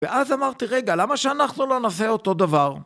ואז אמרתי, רגע, למה שאנחנו לא נעשה אותו דבר?